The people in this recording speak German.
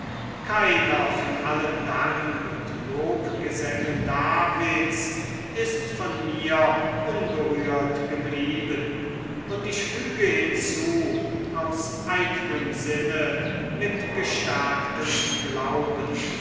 keiner von allen dank und lobgesängen davids ist von mir unberührt geblieben und ich füge hinzu aus eignem sinne mit gestärktem glauben